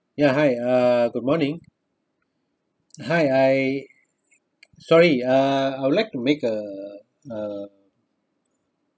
ya hi uh good morning hi I sorry uh I would like to make uh uh